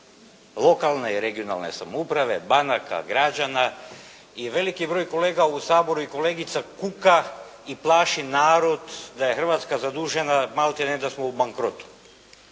lokalne i regionalne samouprave, banaka, građana i veliki broj kolega u Saboru i kolegica kuka i plaši narod da je Hrvatska zadužena, maltene da smo u bankrotu.